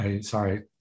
sorry